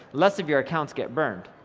less of your accounts get burned,